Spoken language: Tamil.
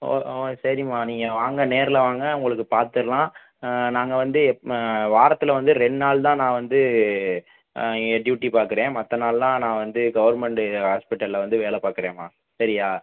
ஓ ஓ சரிம்மா நீங்கள் வாங்க நேர்ல வாங்க உங்களுக்கு பார்த்துட்லாம் நாங்கள் வந்து எப் வாரத்தில் வந்து ரெண்டு நாள் தான் நான் வந்து இங்க டியூட்டி பார்க்குறேன் மற்ற நாளெலாம் நான் வந்து கவர்மெண்டு ஹாஸ்பிட்டல்ல வந்து வேலை பார்க்குறேம்மா சரியா